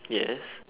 yes